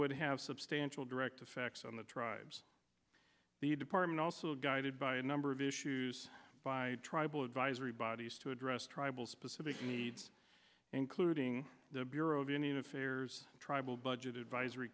would have substantial direct effects on the tribes the department also guided by a number of issues by tribal advisory bodies to address tribal specific needs including the bureau of indian affairs tribal budget advisory